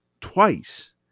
twice